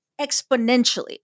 exponentially